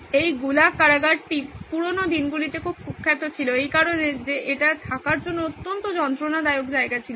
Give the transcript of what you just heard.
এই গুলাগ কারাগারটি পুরনো দিনগুলিতে খুব কুখ্যাত ছিল এই কারণে যে এটা থাকার জন্য অত্যন্ত যন্ত্রণাদায়ক জায়গা ছিল